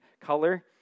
color